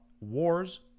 wars